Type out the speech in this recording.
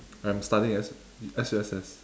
I'm studying S_U~ S_U_S_S